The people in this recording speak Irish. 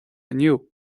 inniu